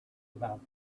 about